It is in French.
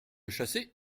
chassez